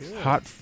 Hot